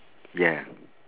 yeah